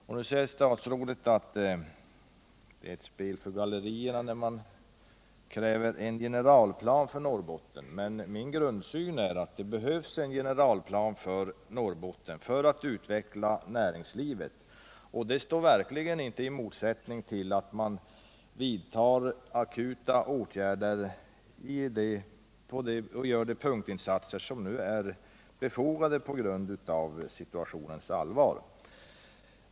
Statsrådet säger att det är ett spel för gallerierna när man kräver en generalplan för Norrbotten, men min grundsyn är att det behövs en generalplan för Norrbotten för att utveckla näringslivet där. Det står verkligen inte i motsättning till att man vidtar akuta åtgärder och gör de punktinsatser som nu är befogade på grund av situationens allvar.